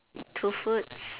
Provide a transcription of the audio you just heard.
to foods